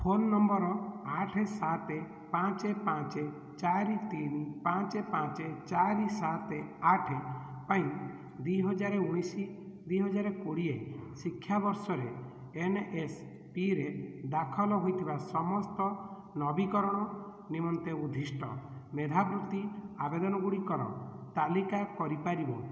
phone number ଆଠ ସାତ ପାଞ୍ଚ ପାଞ୍ଚ ଚାରି ତିନି ପାଞ୍ଚ ପାଞ୍ଚ ଚାରି ସାତ ଆଠ ପାଇଁ ଦୁଇହଜାର ଉଣେଇଶି ଦୁଇହଜାର କୋଡ଼ିଏ ଶିକ୍ଷାବର୍ଷରେ ଏନ୍ଏସ୍ପିରେ ଦାଖଲ ହୋଇଥିବା ସମସ୍ତ ନବୀକରଣ ନିମନ୍ତେ ଉଦ୍ଦିଷ୍ଟ ମେଧାବୃତ୍ତି ଆବେଦନଗୁଡ଼ିକର ତାଲିକା କରି ପାରିବ